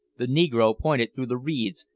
the negro pointed through the reeds,